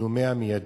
צילומי המיידים.